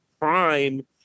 crime